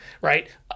right